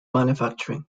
manufacturing